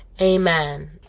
amen